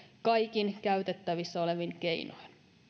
kaikin käytettävissä olevin keinoin